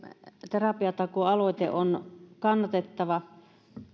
terapiatakuu aloite on kannatettava